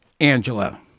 Angela